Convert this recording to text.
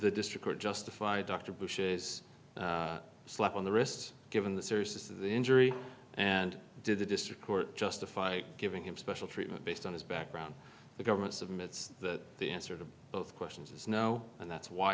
the district were justified dr bush's slap on the wrist given the seriousness of the injury and did the district court justify giving him special treatment based on his background the governments of mit's that the answer to both questions is no and that's why